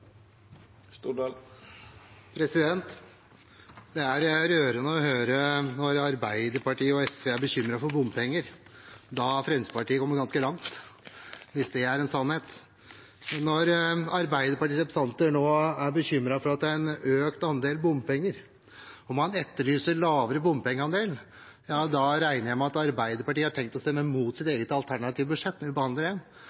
Det er rørende å høre at Arbeiderpartiet og SV er bekymret for bompenger. Da har Fremskrittspartiet kommet ganske langt, hvis det er en sannhet. Når Arbeiderpartiets representanter nå er bekymret over at det er en økt andel bompenger og man etterlyser lavere bompengeandel, regner jeg med at Arbeiderpartiet har tenkt å stemme mot sitt